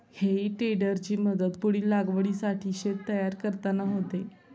हेई टेडरची मदत पुढील लागवडीसाठी शेत तयार करताना होते